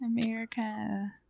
America